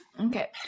Okay